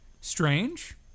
strange